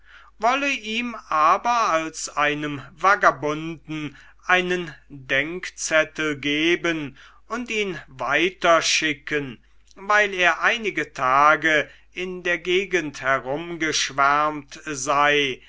wolle ihm aber als einem vagabunden einen denkzettel geben und ihn weiterschicken weil er einige tage in der gegend herumgeschwärmt sei